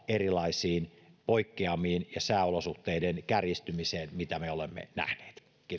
erilaisiin poikkeamiin ja sääolosuhteiden kärjistymiseen mitä me olemme nähneet